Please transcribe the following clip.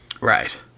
Right